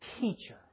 teacher